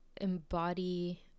embody